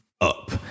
up